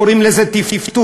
קוראים לזה טפטוף.